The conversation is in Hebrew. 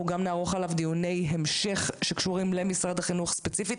גם נערוך עליו דיוני המשך שקשורים למשרד החינוך ספציפית.